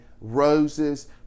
roses